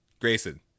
Grayson